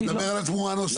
אתה מדבר על התמורה הנוספת.